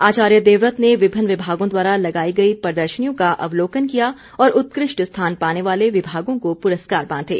आचार्य देवव्रत ने विभिन्न विभागों द्वारा लगाई गई प्रदर्शनियों का अवलोकन किया और उत्कृष्ट स्थान पाने वाले विभागों को पुरस्कार बांटे